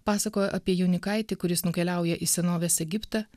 pasakoja apie jaunikaitį kuris nukeliauja į senovės egiptą